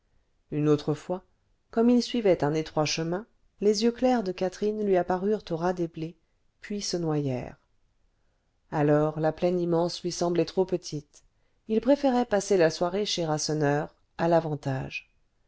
une autre fois comme il suivait un étroit chemin les yeux clairs de catherine lui apparurent au ras des blés puis se noyèrent alors la plaine immense lui semblait trop petite il préférait passer la soirée chez rasseneur à l'avantage